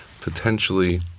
potentially